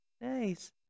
Nice